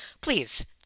please